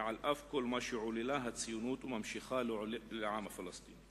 ועל אף כל מה שהציונות עוללה וממשיכה לעולל לעם הפלסטיני.